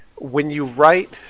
when you write,